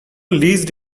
leased